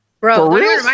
bro